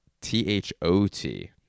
t-h-o-t